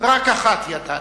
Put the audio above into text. "רק אחת ידעתי,